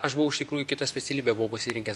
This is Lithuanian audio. aš buvau iš tikrųjų kitą specialybę buvau pasirinkęs